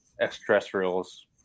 extraterrestrials